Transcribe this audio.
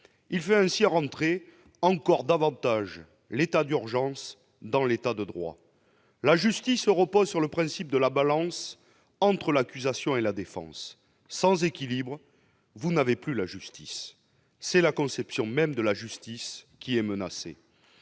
Il fait ainsi entrer encore davantage l'état d'urgence dans l'état de droit. La justice repose sur le principe de la balance entre l'accusation et la défense ; sans cet équilibre, vous n'avez plus de justice. C'est ainsi la conception même de la justice qui est menacée.